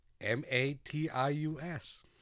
M-A-T-I-U-S